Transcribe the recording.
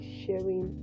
sharing